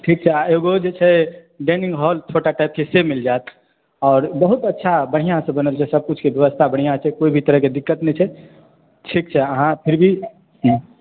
आओर एगो जे छै डायनिंग हॉल छोटा टाइप के से मिल जायत आओर बहुत अच्छा बढ़िऑं सॅं बनल छै सबकिछु के व्यवस्था बढिऑं छै कोइ भी तरह के दिक्कत नहि छै ठीक छै अहाँ फिर भी